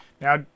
Now